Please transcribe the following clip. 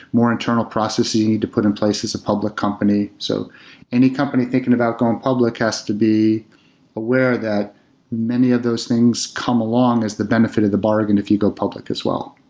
more internal processes that you need to put in place as a public company. so any company thinking about going public has to be aware that many of those things come along as the benefit of the bargain if you go public as well.